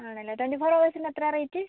ആണല്ലേ twenty four ഹവര്സിന് എത്രയാണ് റേറ്റ്